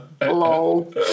Lol